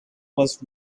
was